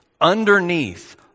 underneath